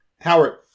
Howard